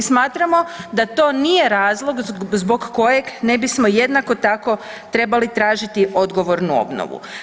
I smatramo da to nije razlog zbog kojeg ne bismo jednako tako trebali tražiti odgovornu obnovu.